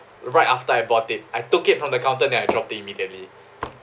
right after I bought it I took it from the counter then I dropped it immediately